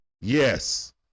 yes